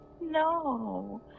No